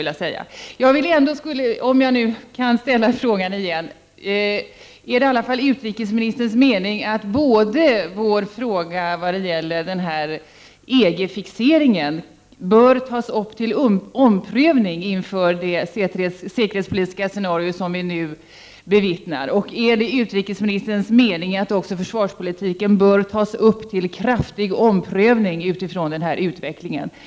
NE JR Jag vill än en gång ställa följande fråga: Är det utrikesministerns mening att vår fråga när det gäller EG-fixeringen bör tas upp till omprövning inför det säkerhetspolitiska scenario som vi nu bevittnar, och är det utrikesministerns mening att även försvarspolitiken bör tas upp till kraftig omprövning utifrån denna utveckling?